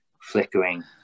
flickering